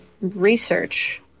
research